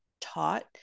taught